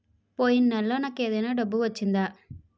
పోయిన నెలలో నాకు ఏదైనా డబ్బు వచ్చిందా?